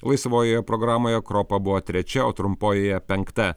laisvojoje programoje kropa buvo trečia o trumpojoje penkta